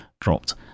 dropped